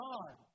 God